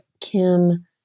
Kim